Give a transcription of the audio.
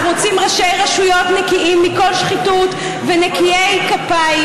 אנחנו רוצים ראשי רשויות נקיים מכל שחיתות ונקיי כפיים,